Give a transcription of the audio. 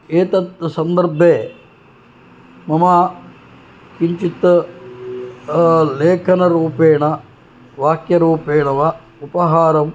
एतत् सन्दर्भे मम किञ्चित् लेखनरूपेण वाक्यरूपेण वा उपहारं